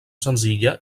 senzilla